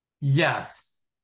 yes